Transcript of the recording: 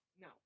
No